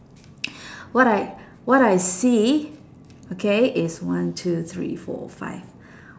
what I what I see okay is one two three four five